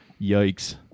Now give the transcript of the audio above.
Yikes